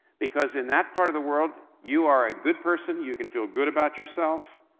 because, in that part of the world, you are a good person, you can feel good about yourself,